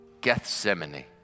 Gethsemane